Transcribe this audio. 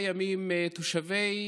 השליט.